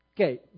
Okay